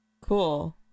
Cool